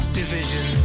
division